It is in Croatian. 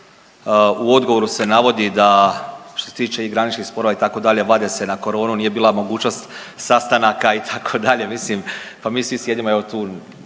U odgovoru se navodi da što se tiče i graničnih sporova itd. vade se na koronu, nije bila mogućnost sastanaka itd. Mislim pa mi svi sjedimo evo tu